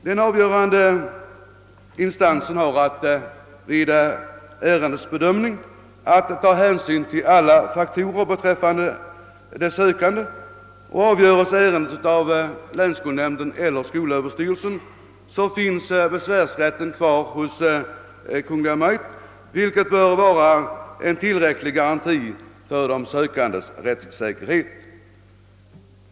Den avgörande instansen har vid ärendets bedömning att ta hänsyn till alla faktorer som föreligger beträffande de sökande. Om ärendet avgöres av länsskolnämnd eller av skolöverstyrelsen har man besvärsrätt hos Kungl. Maj:t, vilket bör vara tillräcklig garanti för de sökandes rättssäkerhet.